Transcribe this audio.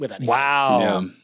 Wow